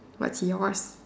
what's yours